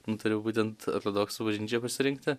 nutariau būtent ortodoksų bažnyčią pasirinkti